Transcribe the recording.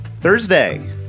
Thursday